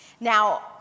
Now